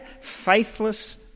faithless